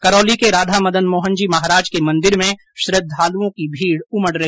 करौली के राधा मदन मोहन जी महाराज के मंदिर में श्रद्वालुओं की भीड़ उमड़ रही है